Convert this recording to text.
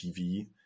TV